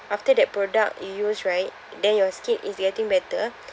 after that product you use right then your skin is getting better